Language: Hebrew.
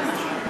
מה זה?